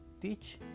teach